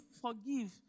Forgive